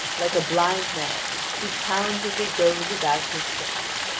like a blind man who pounds as he goes about his search.